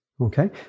Okay